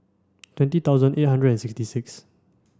twenty thousand eight hundred and sixty six